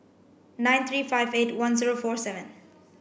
nine three five eight one zero four seven